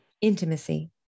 Intimacy